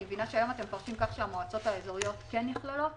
מבינה שהיום אתם מפרשים כך שהמועצות האזוריות כן נכללות?